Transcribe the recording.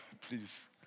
Please